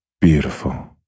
Beautiful